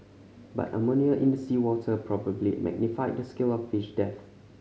but ammonia in the seawater probably magnified the scale of fish deaths